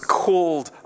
called